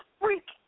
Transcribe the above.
freak